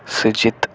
Sujith